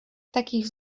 takich